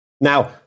Now